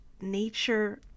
nature